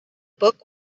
book